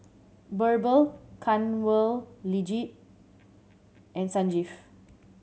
Birbal Kanwaljit and Sanjeev